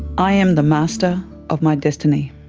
i am the master of my destiny,